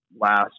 last